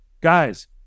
guys